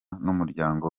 n’umuryango